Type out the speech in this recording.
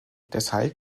deshalb